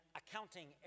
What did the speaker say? accounting